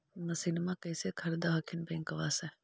मसिनमा कैसे खरीदे हखिन बैंकबा से?